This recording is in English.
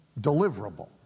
deliverable